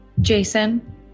Jason